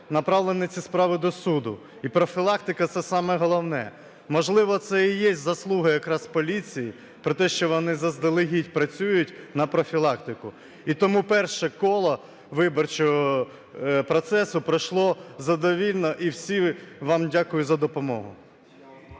Направлені ці справи до суду. І профілактика – це саме головне. Можливо, це і є заслуга якраз поліції про те, що вони заздалегідь працюють на профілактику. І тому перше коло виборчого процесу пройшло задовільно, і всім вам дякую за допомогу.